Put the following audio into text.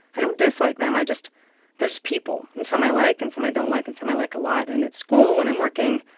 i don't dislike them. i just there's people and some i like and some i don't like and some i like a lot. and at school when i'm working,